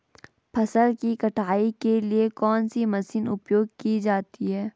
फसल की कटाई के लिए कौन सी मशीन उपयोग की जाती है?